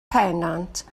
pennant